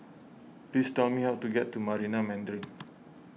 please tell me how to get to Marina Mandarin